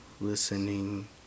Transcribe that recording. listening